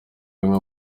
umwe